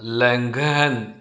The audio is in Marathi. लँघेहेन